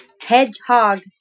Hedgehog